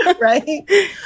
Right